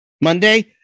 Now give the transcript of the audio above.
Monday